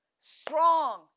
strong